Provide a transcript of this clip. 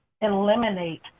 eliminate